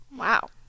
Wow